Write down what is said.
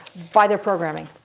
by their programming,